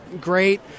great